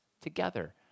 together